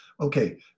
Okay